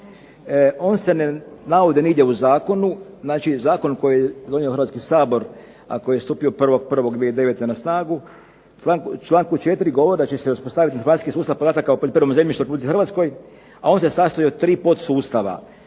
On se ne navodi nigdje u zakonu. Znači zakon koji je donio Hrvatski sabor a koji je stupio 1. 1. 2009. na snagu u članku 4. govori da će se uspostaviti informacijski sustav podataka o poljoprivrednom zemljištu u Republici Hrvatskoj a on se sastoji od tri podsustava.